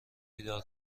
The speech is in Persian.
بیدار